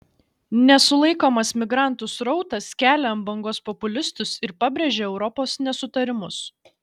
nesulaikomas migrantų srautas kelia ant bangos populistus ir pabrėžia europos nesutarimus